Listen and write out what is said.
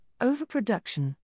Overproduction